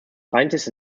scientists